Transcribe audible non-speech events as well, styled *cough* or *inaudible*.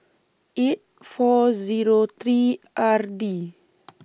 eight four three R D *noise*